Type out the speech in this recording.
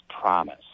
promise